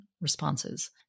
responses